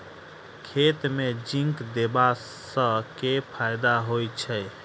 खेत मे जिंक देबा सँ केँ फायदा होइ छैय?